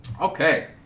Okay